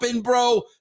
bro